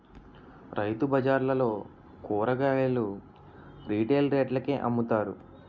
రైతుబజార్లలో కూరగాయలు రిటైల్ రేట్లకే అమ్ముతారు